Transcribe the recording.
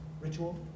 ritual